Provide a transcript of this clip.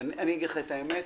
למען האמת,